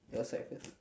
your side first